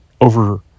over